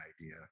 idea